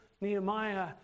Nehemiah